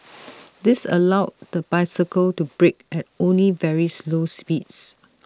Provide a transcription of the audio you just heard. this allowed the bicycle to brake at only very slow speeds